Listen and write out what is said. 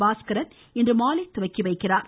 பாஸ்கரன் இன்று மாலை தொடங்கி வைக்கிறார்